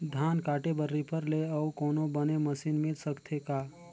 धान काटे बर रीपर ले अउ कोनो बने मशीन मिल सकथे का?